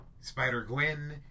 Spider-Gwen